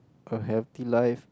a healthy life